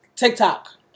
TikTok